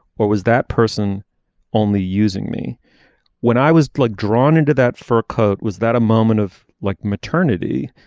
what was that person only using me when i was like drawn into that fur coat. was that a moment of like maternity.